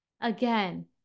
Again